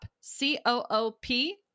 C-O-O-P